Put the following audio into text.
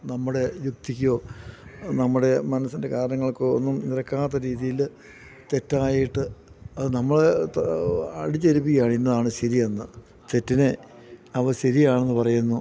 നമ്മുടെ യുക്തിക്കോ നമ്മുടെ മനസ്സിൻ്റെ കാര്യങ്ങൾക്കോ ഒന്നും നിരക്കാത്ത രീതിയില് തെറ്റായിട്ട് അത് നമ്മളില് അടിച്ചെൽപ്പിക്കുകയാണ് ഇന്നതാണ് ശരിയെന്ന് തെറ്റിനെ അവ ശരിയാണെന്നു പറയുന്നു